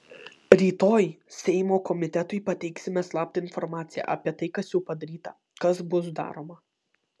rytoj seimo komitetui pateiksime slaptą informaciją apie tai kas jau padaryta kas bus daroma